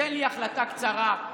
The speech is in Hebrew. תן לי החלטה קצרה,